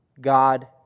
God